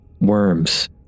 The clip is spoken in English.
Worms